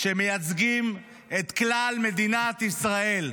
שמייצגים את כלל מדינת ישראל,